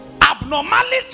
Abnormality